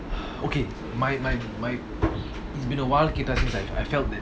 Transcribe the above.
okay my my my it's been a while கேட்டா:keta since I felt that